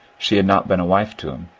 she had not been a wife to him.